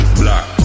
black